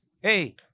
Hey